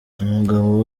umugabo